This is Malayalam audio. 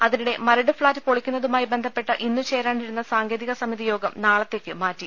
അതിനിടെ മരട് ഫ്ളാറ്റ് പൊളിക്കുന്നതുമായി ബന്ധപ്പെട്ട് ഇന്ന് ചേരാനിരുന്ന സാങ്കേതിക സമിതി യോഗം നാളെത്തേക്ക് മാറ്റി